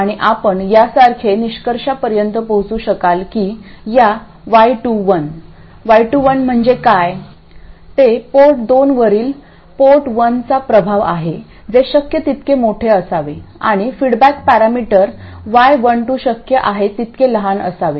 आणि आपण यासारखे निष्कर्षापर्यंत पोहोचू शकाल की या y21 y21 म्हणजे काय ते पोर्ट दोनवरील पोर्ट वनचा प्रभाव आहे जे शक्य तितके मोठे असावे आणि फीडबॅक पॅरामीटर y12 शक्य आहे तितके लहान असावे